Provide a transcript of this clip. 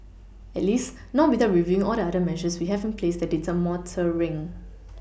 at least not without reviewing all the other measures we have in place that deter motoring